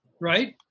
right